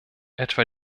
etwa